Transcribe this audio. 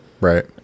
Right